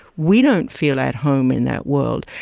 we don't feel at home in that world.